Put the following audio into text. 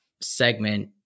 segment